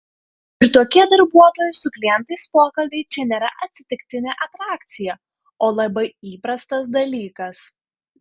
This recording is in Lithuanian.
ir tokie darbuotojų su klientais pokalbiai čia nėra atsitiktinė atrakcija o labai įprastas dalykas